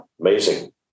amazing